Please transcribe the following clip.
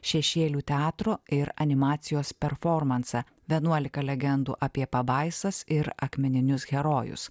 šešėlių teatro ir animacijos performansą vienuolika legendų apie pabaisas ir akmeninius herojus